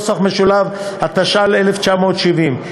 התש"ל 1970,